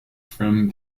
from